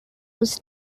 was